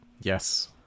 Yes